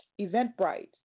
Eventbrite